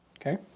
Okay